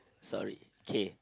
sorry okay